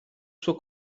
suo